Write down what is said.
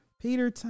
Peter